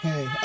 Hey